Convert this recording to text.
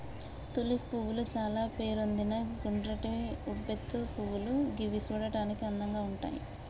tulip పువ్వులు చాల పేరొందిన గుండ్రటి ఉబ్బెత్తు పువ్వులు గివి చూడడానికి అందంగా ఉంటయ్